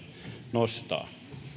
nostaa